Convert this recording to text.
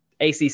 ACC